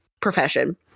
profession